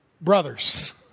brothers